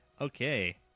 Okay